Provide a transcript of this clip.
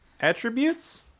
attributes